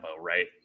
right